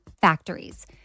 factories